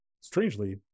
Strangely